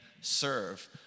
serve